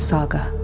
Saga